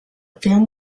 film